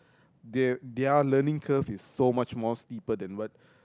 they their learning curve is so much more steeper than what